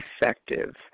effective